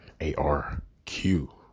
ARQ